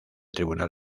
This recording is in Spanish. tribunal